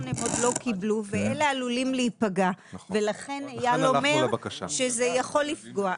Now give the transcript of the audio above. הם עוד לא קיבלו ואלה עלולים להיפגע ולכן אייל אומר שזה יכול לפגוע.